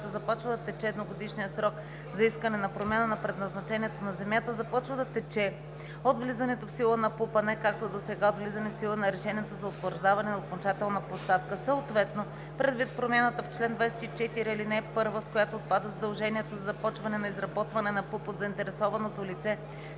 започва да тече едногодишният срок за искане за промяна на предназначението на земята, започва да тече от влизането в сила на ПУП, а не както досега – от влизане в сила на решението за утвърждаване на окончателна площадка. Съответно, предвид промяната в чл. 24, ал. 1, с която отпада задължението за започване на изработване на ПУП от заинтересованото лице,